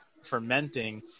fermenting